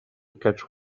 catch